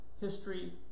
history